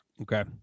Okay